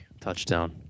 touchdown